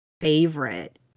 Favorite